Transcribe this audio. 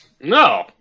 No